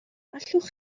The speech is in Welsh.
allwch